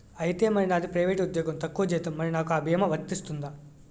ఐతే మరి నాది ప్రైవేట్ ఉద్యోగం తక్కువ జీతం మరి నాకు అ భీమా వర్తిస్తుందా?